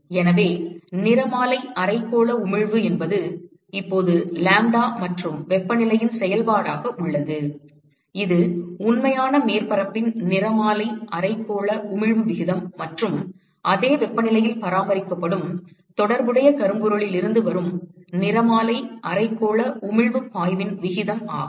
எனவே நிறமாலை அரைக்கோள உமிழ்வு என்பது இப்போது லாம்ப்டா மற்றும் வெப்பநிலையின் செயல்பாடாக உள்ளது இது உண்மையான மேற்பரப்பின் நிறமாலை அரைக்கோள உமிழ்வு விகிதம் மற்றும் அதே வெப்பநிலையில் பராமரிக்கப்படும் தொடர்புடைய கரும்பொருளிலிருந்து வரும் நிறமாலை அரைக்கோள உமிழ்வுப் பாய்வின் விகிதம் ஆகும்